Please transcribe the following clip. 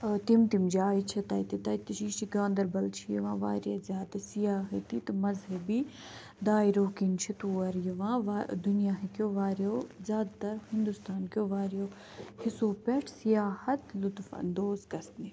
ٲں تِم تِم جایہِ چھِ تَتہِ تَتہِ تہِ چھِ یہِ چھِ گاندَربَل چھِ یِوان واریاہ زیادٕ سیاحتی تہٕ مَذہبی دایرو کِنۍ چھِ تور یِوان وا دُنیاکیٚو واریاہو زیادٕ تَر ہندوستانکیٚو واریاہو حِصو پٮ۪ٹھ سِیاحت لُطف اندوٗز گَژھنہِ